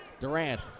Durant